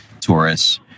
tourists